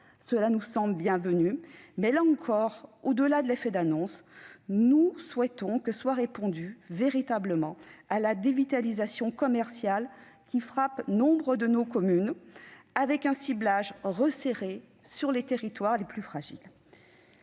Cela nous semble bienvenu, mais là encore, au-delà de l'effet d'annonce, nous souhaitons qu'une réponse soit véritablement apportée à la dévitalisation commerciale qui frappe nombre de nos communes, avec un ciblage resserré sur les territoires les plus fragiles.